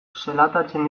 zelatatzen